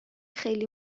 خیلی